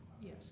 yes